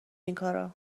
اینکارا